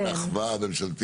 מהי טכניקה זמינה?